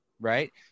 Right